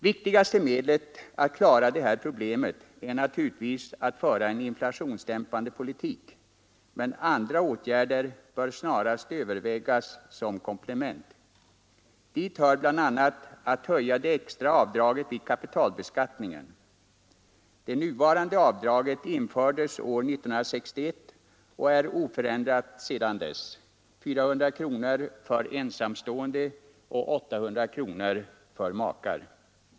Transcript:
Viktigaste medlet att klara detta problem är naturligtvis att föra en inflationsdämpande politik, men andra åtgärder bör snarast övervägas som komplement. Dit hör bl.a. att höja det extra avdraget vid kapitalbeskattningen. Det nuvarande avdraget infördes år 1961 och är oförändrat sedan dess — 400 kronor för ensamstående och 800 kronor för makar.